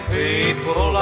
people